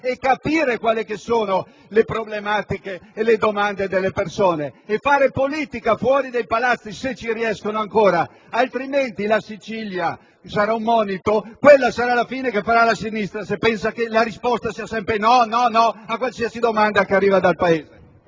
e capire quali sono le problematiche e le domande della gente. Devono fare politica fuori dai palazzi, se ci riescono ancora, altrimenti la Sicilia sarà un monito. Quella è la fine che farà la sinistra se pensa che la risposta a qualsiasi domanda proveniente dal Paese